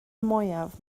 mwyaf